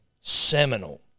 Seminal